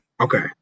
Okay